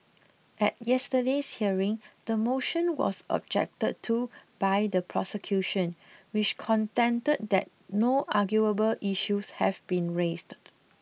at yesterday's hearing the motion was objected to by the prosecution which contended that no arguable issues have been raised